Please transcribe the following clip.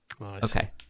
Okay